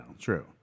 true